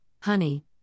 honey